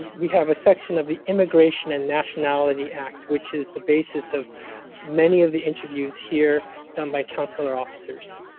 we have a section of the immigration and nationality act, which is the basis of many of the interviews here done by consular officers.